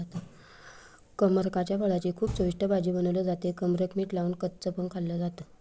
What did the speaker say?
कमरकाच्या फळाची खूप चविष्ट भाजी बनवली जाते, कमरक मीठ लावून कच्च पण खाल्ल जात